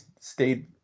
stayed